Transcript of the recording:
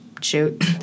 shoot